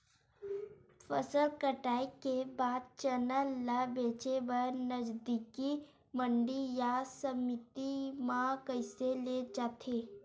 फसल कटाई के बाद चना ला बेचे बर नजदीकी मंडी या समिति मा कइसे ले जाथे?